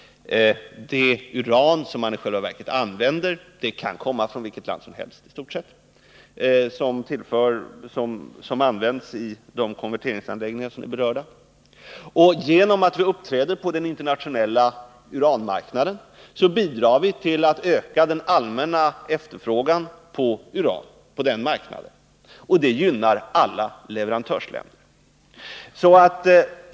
Det uran som man använder kan komma från vilket land som helst, som levererar uran till de konverteringsanläggningar som är berörda. Genom att vi uppträder på den internationella uranmarknaden bidrar vi till att öka den allmänna efterfrågan på uran på den marknaden, och det gynnar alla leverantörsländer.